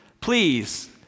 please